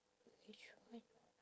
which one